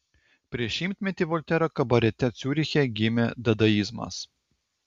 prieš šimtmetį voltero kabarete ciuriche gimė dadaizmas